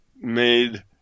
Made